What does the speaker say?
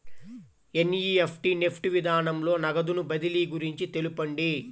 NEFT NEFT విధానంలో నగదు బదిలీ గురించి తెలుపండి?